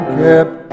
kept